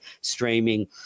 streaming